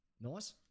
Nice